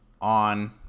on